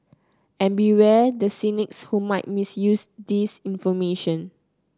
and beware the cynics who might misuse this information